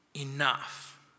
enough